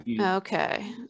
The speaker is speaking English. Okay